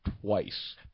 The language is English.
twice